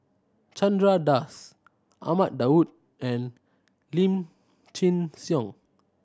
Chandra Das Ahmad Daud and Lim Chin Siong